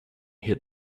hit